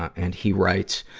and he writes,